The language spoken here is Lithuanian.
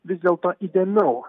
vis dėlto įdėmiau